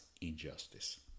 injustice